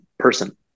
person